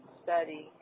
study